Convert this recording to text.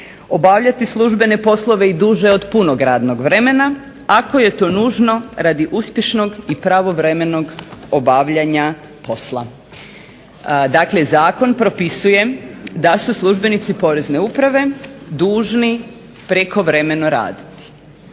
obavljati službene poslove i duže od punog radnog vremena ako je to nužno radi uspješnog i pravovremenog obavljanja posla. Dakle, zakon propisuje da su službenici Porezne uprave dužni prekovremeno raditi.